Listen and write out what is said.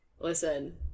Listen